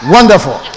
Wonderful